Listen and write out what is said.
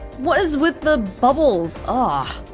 what is with the bubbles? ah